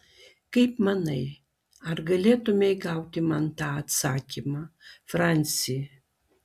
kaip manai ar galėtumei gauti man tą atsakymą franci